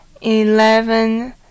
eleven